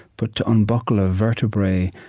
but to unbuckle a vertebrae,